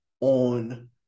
on